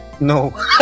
no